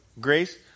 grace